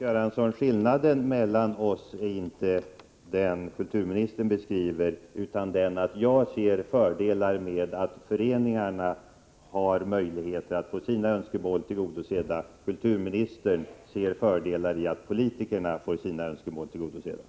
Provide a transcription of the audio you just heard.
Fru talman! Skillnaden i uppfattning mellan oss är inte den kulturministern beskriver, utan den är att jag ser fördelar i att föreningarna får sina önskemål tillgodosedda, medan kulturministern ser fördelar i att politikerna får sina önskemål tillgodosedda.